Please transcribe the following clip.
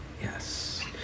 Yes